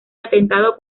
atentado